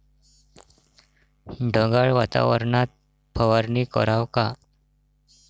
ढगाळ वातावरनात फवारनी कराव का?